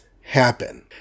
happen